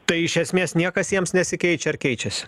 tai iš esmės niekas jiems nesikeičia ar keičiasi